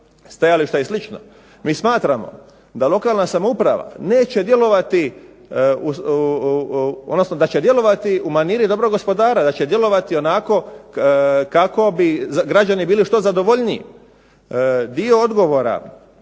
Mi smatramo da lokalna samouprava neće djelovati, odnosno da će djelovati u maniri dobrog gospodara, da će djelovati onako kako bi građani bili što zadovoljniji.